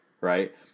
right